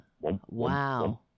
Wow